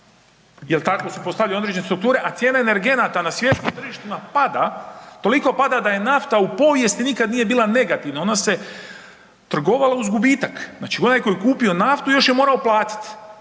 jel tako su postavljene određene strukture, a cijene energenata na svjetskim tržištima pada, toliko pada da nafta u povijesti nikad nije bila negativna, ono se trgovalo uz gubitak. Znači onaj tko je kupio naftu još je morao platit,